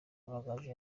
amagaju